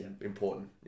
important